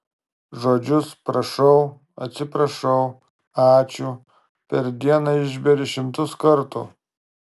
žodžius prašau atsiprašau ačiū per dieną išberi šimtus kartų